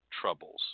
troubles